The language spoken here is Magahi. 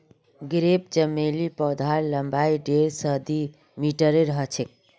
क्रेप चमेलीर पौधार लम्बाई डेढ़ स दी मीटरेर ह छेक